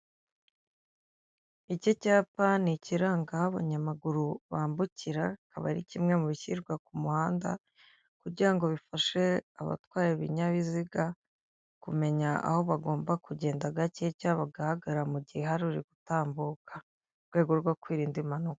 Iki cyapa ni ikiranga aho abanyamaguru bambukira, kikaba ari kimwe mu bishyirwa ku muhanda, kugira ngo bifashe abatwa ibinyabiziga kumenya aho bagomba kugenda gake, cyangwa bagahagarara mu gihe hari uri gutambuka mu rwego rwo kwirinda impanuka.